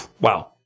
Wow